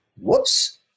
Whoops